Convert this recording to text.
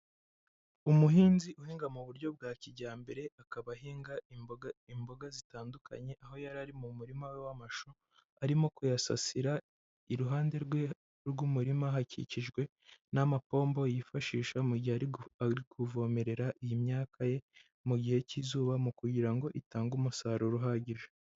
Umuhinzi uhinga mu buryo bwa kijyambere, akaba ahinga imboga zitandukanye, aho yari ari mu murima we w'amashu, arimo kuyasasira. Iruhande rwe rw'umurima hakikijwe n'amapombo yifashisha mu gihe ari kuvomerera iyi myaka ye mu gihe cy'izuba, mu kugira ngo itange umusaruro uhagije.